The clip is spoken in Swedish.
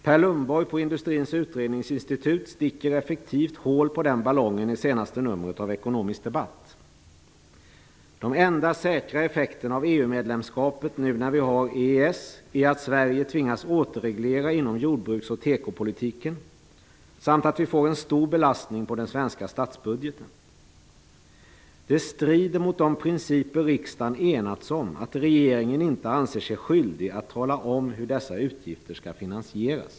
Per Lundborg på Industrins utredningsinstitut sticker effektivt hål på den ballongen i senaste numret av Ekonomisk medlemskapet, nu när vi omfattas av EES-avtalet, är att Sverige tvingas återreglera inom jordbruksoch tekopolitiken samt att vi får en stor belastning på den svenska statsbudgeten. Att regeringen inte anser sig skyldig att tala om hur dessa utgifter skall finansieras strider mot de principer som riksdagen har enats om.